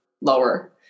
lower